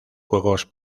juegos